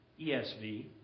ESV